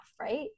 right